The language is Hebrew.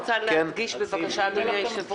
אני רק רוצה להדגיש בבקשה, אדוני היושב-ראש